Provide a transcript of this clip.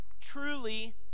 truly